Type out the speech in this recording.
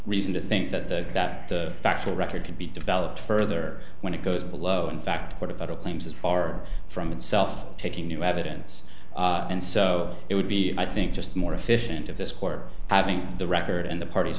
reason to think that the that the factual record can be developed further when it goes below in fact what a federal claims is far from itself taking new evidence and so it would be i think just more efficient of this court having the record in the part